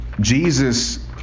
Jesus